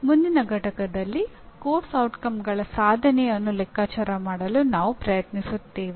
ಮುಂದಿನ ಪಠ್ಯದಲ್ಲಿ ಪಠ್ಯಕ್ರಮದ ಪರಿಣಾಮಗಳ ಸಾಧನೆಯನ್ನು ಲೆಕ್ಕಾಚಾರ ಮಾಡಲು ನಾವು ಪ್ರಯತ್ನಿಸುತ್ತೇವೆ